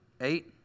Eight